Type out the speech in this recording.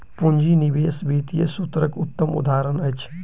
पूंजी निवेश वित्तीय सूत्रक उत्तम उदहारण अछि